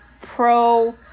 pro